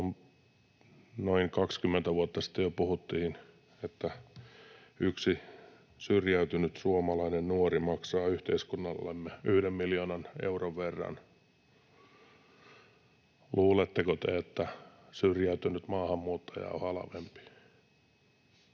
Noin 20 vuotta sitten jo puhuttiin, että yksi syrjäytynyt suomalainen nuori maksaa yhteiskunnallemme 1 miljoonan euron verran. Luuletteko te, että syrjäytynyt maahanmuuttaja on halvempi?